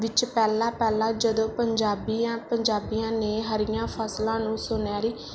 ਵਿੱਚ ਪਹਿਲਾਂ ਪਹਿਲਾਂ ਜਦੋਂ ਪੰਜਾਬੀਆਂ ਪੰਜਾਬੀਆਂ ਨੇ ਹਰੀਆਂ ਫਸਲਾਂ ਨੂੰ ਸੁਨਿਹਰੀ